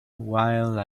while